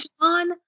John